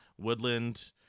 Woodland